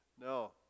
No